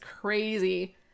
crazy